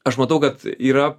aš matau kad yra